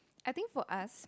I think for us